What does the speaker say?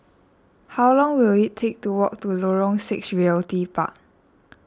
how long will it take to walk to Lorong six Realty Park